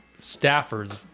staffers